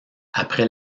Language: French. après